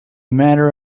matter